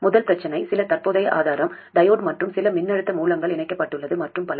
முதல் பிரச்சனை சில தற்போதைய ஆதாரம் டையோடு மற்றும் சில மின்னழுத்த மூலங்கள் இணைக்கப்பட்டுள்ளது மற்றும் பல